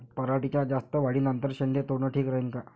पराटीच्या जास्त वाढी नंतर शेंडे तोडनं ठीक राहीन का?